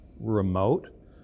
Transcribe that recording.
remote